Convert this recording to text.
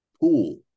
pool